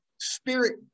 Spirit